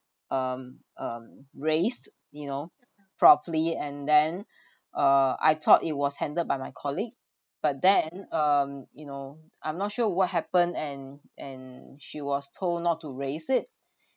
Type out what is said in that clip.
um um raised you know properly and then uh I thought it was handled by my colleague but then um you know I'm not sure what happened and and she was told not to raise it